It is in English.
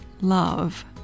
love